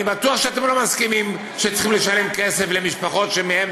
אני בטוח שאתם לא מסכימים שצריכים לשלם כסף למשפחות שמהן